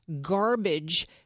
garbage